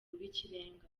rw’ikirenga